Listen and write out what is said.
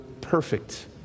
perfect